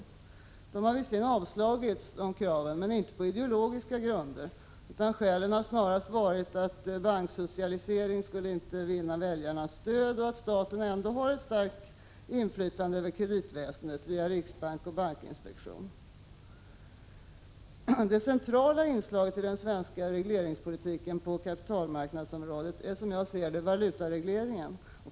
Kraven har visserligen avslagits men inte på ideologiska grunder. Skälen har snarast varit att en banksocialisering inte skulle vinna väljarnas stöd och att staten ändå har ett starkt inflytande över kreditväsendet via riksbanken och bankinspektionen. Det centrala inslaget i den svenska regleringspolitiken på kapitalmarknadsområdet är som jag ser det valutaregleringen.